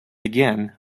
again